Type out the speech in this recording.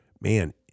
man